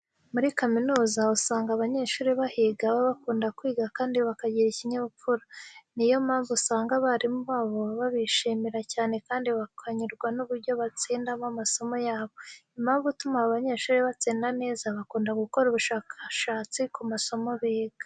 Muri kaminuza usanga abanyeshuri bahiga baba bakunda kwiga kandi bakagira ikinyabupfura. Ni yo mpamvu usanga abarimu babo babishimira cyane kandi bakanyurwa n'uburyo batsindamo amasomo yabo. Impamvu ituma aba banyeshuri batsinda neza, bakunda gukora ubushakashatsi ku masomo biga.